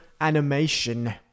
animation